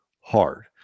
hard